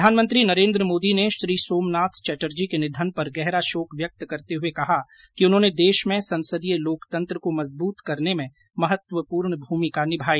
प्रधानमंत्री नरेन्द्र मोदी ने श्री सोमनाथ चटर्जी के निधन पर गहरा शोक व्यक्त करते हुए कहा कि उन्होंने देश में संसदीय लोकतंत्र को मजबूत करने में महत्वपूर्ण भूमिका निमाई